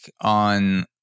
on